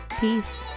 Peace